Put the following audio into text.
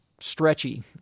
stretchy